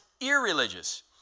irreligious